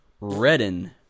Redden